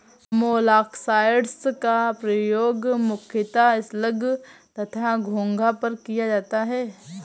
मोलॉक्साइड्स का प्रयोग मुख्यतः स्लग तथा घोंघा पर किया जाता है